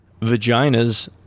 Vaginas